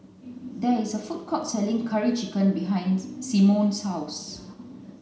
there is a food court selling curry chicken behind Symone's house